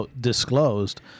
disclosed